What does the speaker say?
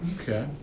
Okay